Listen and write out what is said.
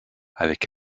avec